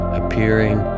appearing